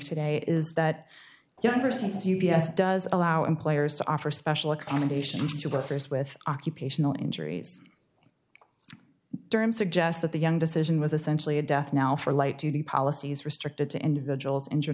today is that young persons u b s does allow employers to offer special accommodations to workers with occupational injuries during suggests that the young decision was essentially a death now for light duty policies restricted to individuals injured